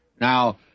Now